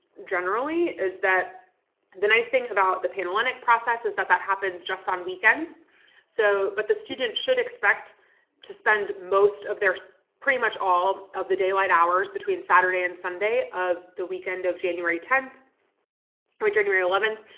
generally is that and the nice thing about the panhellenic process is that that happens just on weekends so but the student should expect to spend most of their pretty much all of the daylight hours between saturday and sunday of the weekend of january tenth and but january eleventh,